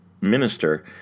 minister